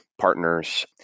partners